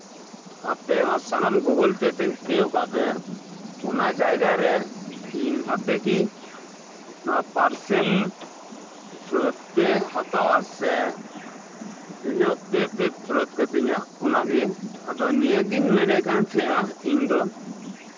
ᱟᱯᱮᱦᱚᱸ ᱥᱟᱱᱟᱢ ᱜᱩᱜᱳᱞ ᱯᱮ ᱛᱤᱧ ᱯᱮ ᱟᱠᱟᱫ ᱯᱮᱭᱟ ᱚᱱᱟ ᱡᱟᱭᱜᱟᱨᱮ ᱤᱧ ᱟᱯᱮᱜᱮ ᱱᱚᱣᱟ ᱯᱟᱨᱥᱮᱞ ᱯᱷᱮᱨᱚᱛ ᱯᱮ ᱦᱟᱛᱟᱣᱟ ᱥᱮ ᱤᱧᱟᱹᱜ ᱯᱮ ᱯᱮ ᱯᱷᱮᱨᱚᱛ ᱠᱟᱹᱛᱤᱧᱟ ᱚᱱᱟᱜᱮ ᱱᱤᱭᱟᱹᱜᱤᱧ ᱢᱮᱱᱮᱫ ᱛᱟᱸᱦᱮᱱᱟ ᱤᱧᱫᱚ